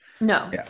No